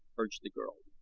urged the girl.